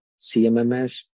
CMMS